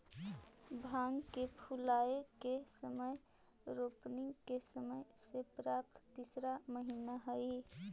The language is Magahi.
भांग के फूलाए के समय रोपनी के समय से प्रायः तीसरा महीना हई